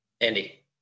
Andy